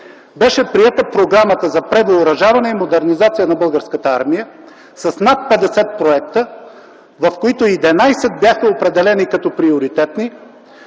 беше приета Програмата за превъоръжаване и модернизация на Българската армия с над 50 проекта, в които 11 бяха определени като приоритетни